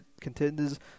contenders